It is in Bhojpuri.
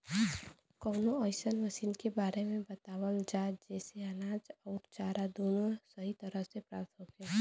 कवनो अइसन मशीन के बारे में बतावल जा जेसे अनाज अउर चारा दोनों सही तरह से प्राप्त होखे?